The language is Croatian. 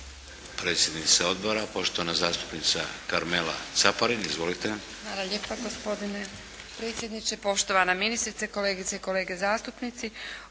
Predsjednica Odbora, poštovana zastupnica Karmela Caparin. Izvolite.